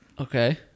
Okay